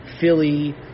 Philly